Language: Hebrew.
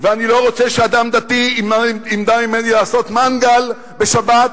ואני לא רוצה שאדם דתי ימנע ממני לעשות מנגל בשבת,